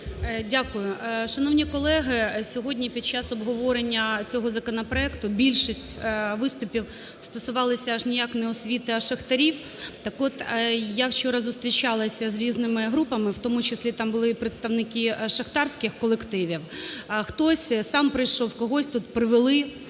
Дякую. Шановні колеги, сьогодні під час обговорення цього законопроекту більшість виступів стосувалися аж ніяк не освіти, а шахтарів. Так от я вчора зустрічалася з різними групами, в тому числі там були і представники шахтарських колективів. Хтось сам прийшов, когось тут привели,